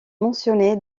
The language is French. mentionné